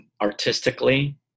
artistically